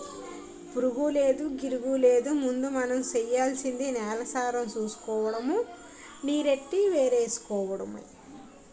పురుగూలేదు, గిరుగూలేదు ముందు మనం సెయ్యాల్సింది నేలసారం సూసుకోడము, నీరెట్టి ఎరువేసుకోడమే